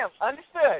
Understood